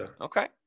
Okay